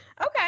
Okay